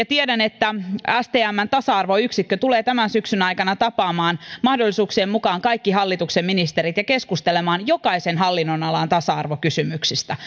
tiedän että stmn tasa arvoyksikkö tulee tämän syksyn aikana tapaamaan mahdollisuuksien mukaan kaikki hallituksen ministerit ja keskustelemaan jokaisen hallinnonalan tasa arvokysymyksistä